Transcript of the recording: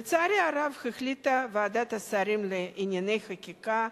לצערי הרב החליטה ועדת השרים לענייני חקיקה,